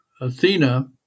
Athena